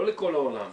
לא לכל העולם,